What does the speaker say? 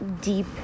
deep